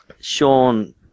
Sean